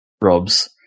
Rob's